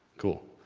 cool,